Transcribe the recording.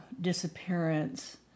disappearance